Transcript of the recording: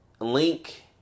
link